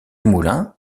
moulin